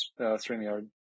Streamyard